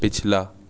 پچھلا